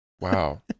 Wow